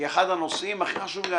כי אחד הנושאים הכי חשוב לי,